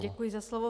Děkuji za slovo.